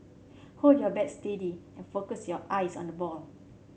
hold your bat steady and focus your eyes on the ball